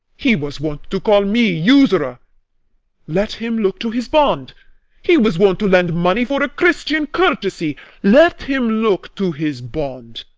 he was wont to call me usurer let him look to his bond he was wont to lend money for a christian courtesy let him look to his bond.